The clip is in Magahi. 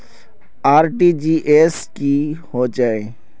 आर.टी.जी.एस की होचए?